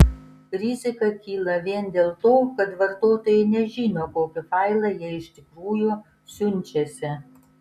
rizika kyla vien dėl to kad vartotojai nežino kokį failą jie iš tikrųjų siunčiasi